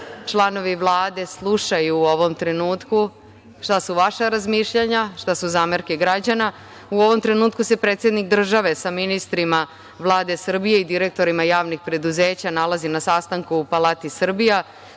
članovi Vlade slušaju u ovom trenutku šta su vaša razmišljanja, šta su zamerke građana.U ovom trenutku se predsednik države sa ministrima Vlade Srbije i direktorima javnih preduzeća nalazi na sastanku u Palati Srbija